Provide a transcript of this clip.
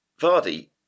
Vardy